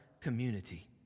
community